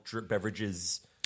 beverages